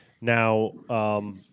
Now